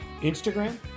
Instagram